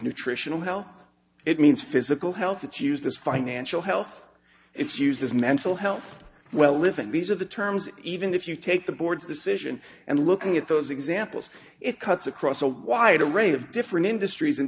nutritional health it means physical health it's used as financial health it's used as mental health well live and these are the terms even if you take the board's decision and looking at those examples it cuts across a wide array of different industries